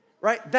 Right